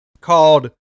called